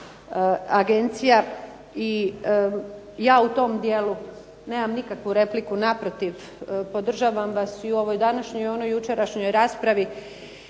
agencija i ja u tom dijelu nema nikakvu repliku, naprotiv. Podržavam vas i u ovoj današnjoj i u onoj jučerašnjoj raspravi.